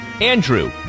Andrew